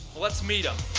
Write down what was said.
let's meet them.